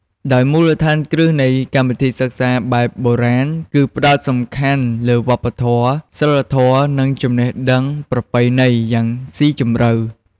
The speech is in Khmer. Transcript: ដោយមូលដ្ឋានគ្រឹះនៃកម្មវិធីសិក្សាបែបបុរាណគឺផ្តោតយ៉ាងសំខាន់លើ វប្បធម៌ សីលធម៌ និងចំណេះដឹងប្រពៃណី យ៉ាងស៊ីជម្រៅ។